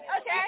Okay